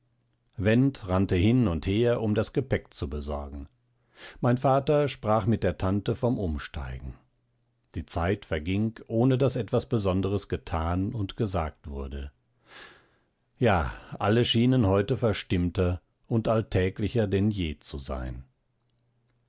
went rannte hin und her um das gepäck zu besorgen mein vater sprach mit der tante vom umsteigen die zeit verging ohne daß etwas besonderes getan und gesagt wurde ja alle schienen heute verstimmter und alltäglicher denn je zu sein